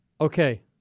Okay